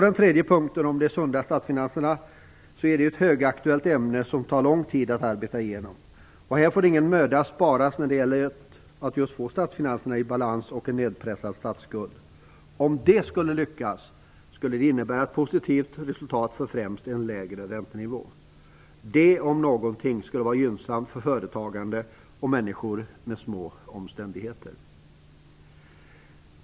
Den tredje punkten om de sunda statsfinanserna är ett högaktuellt ämne som tar lång tid att arbeta igenom. Hår får ingen möda sparas när det gäller att få statsfinanserna i balans och pressa ner statsskulden. Om det skulle lyckas, skulle det innebära ett positivt resultat för främst en lägre räntenivå. Detta om någonting skulle vara gynnsamt för företagande och människor i små omständigheter.